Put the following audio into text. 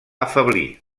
afeblir